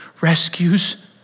rescues